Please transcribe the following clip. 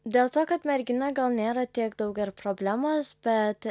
dėl to kad mergina gal nėra tiek daug ir problemos bet